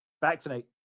vaccinate